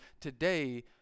today